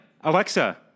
Alexa